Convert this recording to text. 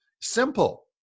Simple